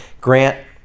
grant